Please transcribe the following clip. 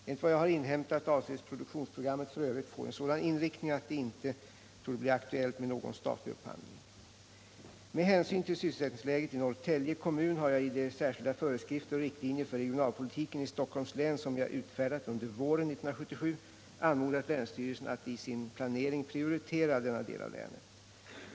Enligt vad jag har inhämtat avses produktionsprogrammet f. ö. få en sådan inriktning att det inte torde bli aktuellt med någon statlig upphandling. Med hänsyn till sysselsättningsläget i Norrtälje kommun har jag i de särskilda föreskrifter och riktlinjer för regionalpolitiken i Stockholms län, som jag utfärdat under våren 1977, anmodat länsstyrelsen att i sin planering prioritera denna del av länet.